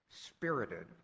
spirited